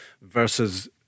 versus